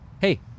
hey